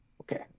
Okay